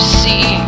see